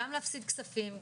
גם להפסיד כספים,